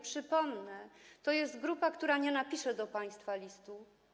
Przypomnę, to jest grupa, która nie napisze do państwa listu.